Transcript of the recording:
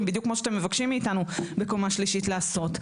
בדיוק כמו שאתם מבקשים מאיתנו בקומה שלישית לעשות.